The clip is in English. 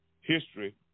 history